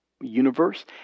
universe